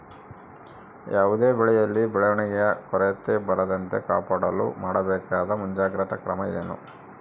ಯಾವುದೇ ಬೆಳೆಯಲ್ಲಿ ಬೆಳವಣಿಗೆಯ ಕೊರತೆ ಬರದಂತೆ ಕಾಪಾಡಲು ಮಾಡಬೇಕಾದ ಮುಂಜಾಗ್ರತಾ ಕ್ರಮ ಏನು?